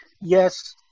yes